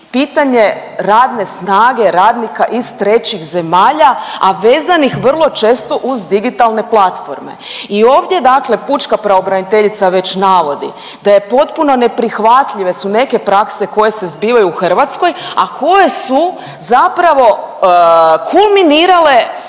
pitanje radne snage radnika iz trećih zemalja, a vezanih vrlo često uz digitalne platforme i ovdje dakle pučka pravobraniteljica već navodi da je potpuno neprihvatljive su neke prakse koje se zbivaju u Hrvatskoj, a koje su zapravo kulminirale